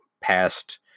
past